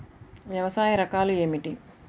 వ్యవసాయ రకాలు ఏమిటి?